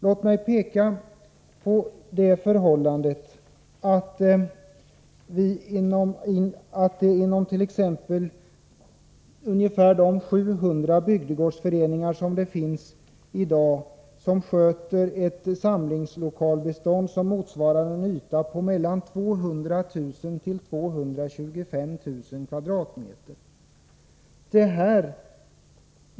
Låt mig peka på att man inom de ungefär 700 bygdegårdsföreningar som finns i dag sköter ett samlingslokalbestånd som motsvarar en yta på 200 000-225 000 kvadratmeter.